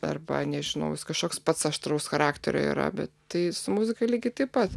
arba nežinau jis kažkoks pats aštraus charakterio yra bet tai su muzika lygiai taip pat